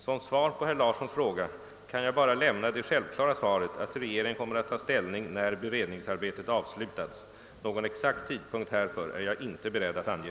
Som svar på herr Larssons fråga kan jag bara lämna det självklara svaret att regeringen "kommer att ta ställning när beredningsarbetet = avslutats. - Någon exakt tidpunkt härför är jag inte beredd att ange.